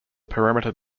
perimeter